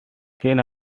can